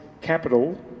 capital